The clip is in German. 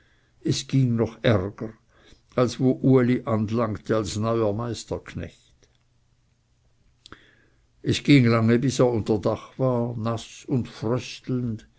es ging noch ärger als wo uli anlangte als neuer meisterknecht es ging lange bis er unter dach war naß und fröstelnd